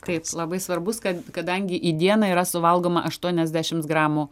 taip labai svarbus kad kadangi į dieną yra suvalgoma aštuoniasdešimt gramų